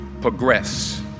progress